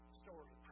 story